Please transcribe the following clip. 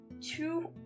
two